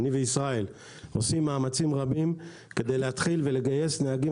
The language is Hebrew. אני וישראל עושים מאמצים רבים כדי להתחיל ולגייס נהגים